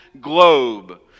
globe